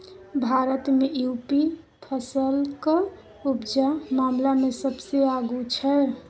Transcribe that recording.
भारत मे युपी फसलक उपजा मामला मे सबसँ आगु छै